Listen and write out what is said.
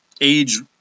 age